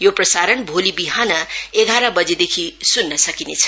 यो प्रसारण भोलि बिहान एघार बजेदेखि सुन्न सकिनेछ